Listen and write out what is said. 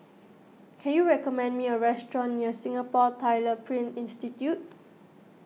can you recommend me a restaurant near Singapore Tyler Print Institute